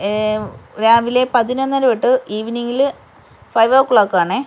രാവിലെ പതിനൊന്നര തൊട്ട് ഈവനിങ്ങിൽ ഫൈവ് ഓ ക്ലോക്ക് ആണേ